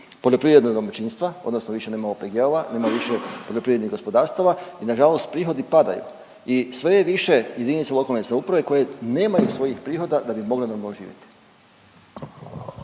poljoprivredna domaćinstva, odnosno više nema OPG-ova, nema više poljoprivrednih gospodarstava i nažalost prihodi padaju. I sve je više jedinice lokalne samouprave koje nemaju svojih prihoda da bi mogle normalno živjeti.